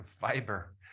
fiber